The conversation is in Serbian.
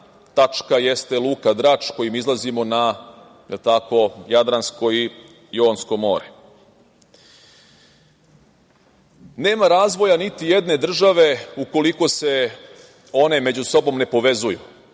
tačka jeste Luka Drač kojim izlazimo na Jadransko i Jonsko more. Nema razvoja niti jedne države ukoliko se one među sobom ne povezuju,